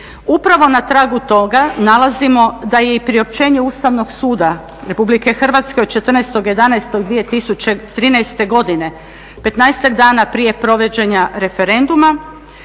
Upravo na tragu toga nalazimo da je i priopćenje Ustavnog suda RH od 14.11.2013.godine 15-ak dana prije provođenja referenduma